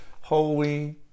holy